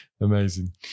Amazing